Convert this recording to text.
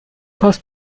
passt